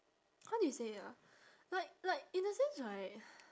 how do you say ah like like in the sense right